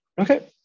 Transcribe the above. okay